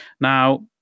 Now